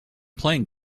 playing